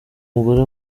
mugore